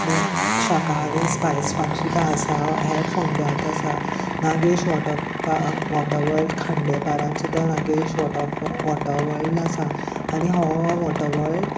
देन शाकाहारी spice farm सुद्दां आसा हें फोंड्यात आसा नागेश वॉटर पा वॉटर वल्ड खांडेपारान सुद्दां नागेश वॉटरफॉ वॉटर वल्ड आसा आनी हो वॉटर वल्ड